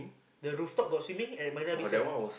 the rooftop got swimming at Marina-Bay-Sand